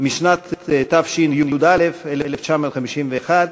משנת תשי"א, 1951,